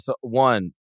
one